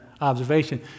observation